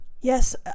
Yes